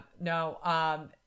No